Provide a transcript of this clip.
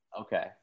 Okay